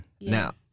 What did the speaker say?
Now